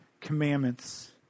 commandments